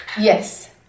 Yes